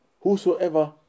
whosoever